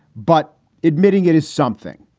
but admitting it is something.